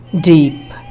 deep